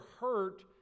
hurt